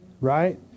right